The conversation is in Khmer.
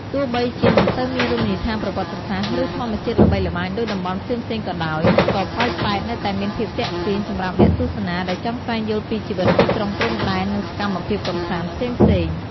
ទោះបីជាមិនសូវមានរមណីយដ្ឋានប្រវត្តិសាស្ត្រ ឬធម្មជាតិល្បីល្បាញដូចតំបន់ផ្សេងៗក៏ដោយ ក៏ប៉ោយប៉ែតនៅតែមានភាពទាក់ទាញសម្រាប់អ្នកទស្សនាដែលចង់ស្វែងយល់ពីជីវិតទីក្រុងព្រំដែន និងសកម្មភាពកម្សាន្តផ្សេងៗ។